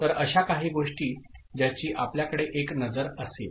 तर अशा काही गोष्टी ज्याची आपल्याकडे एक नजर असेल